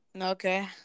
okay